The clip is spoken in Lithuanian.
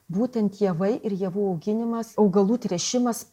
būtent javai ir javų auginimas augalų tręšimas